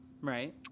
right